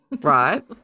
right